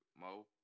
Mo